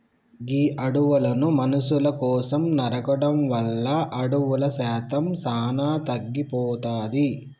గీ అడవులను మనుసుల కోసం నరకడం వల్ల అడవుల శాతం సానా తగ్గిపోతాది